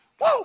Woo